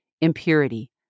impurity